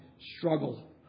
struggle